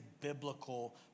biblical